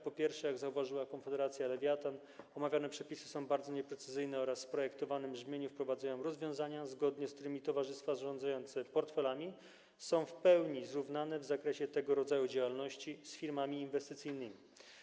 Po pierwsze, jak zauważyła Konfederacja Lewiatan, omawiane przepisy są bardzo nieprecyzyjne oraz w projektowanym brzmieniu wprowadzają rozwiązania, zgodnie z którymi towarzystwa zarządzające portfelami są w pełni zrównane w zakresie tego rodzaju działalności z firmami inwestycyjnymi.